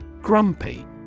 Grumpy